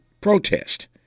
protest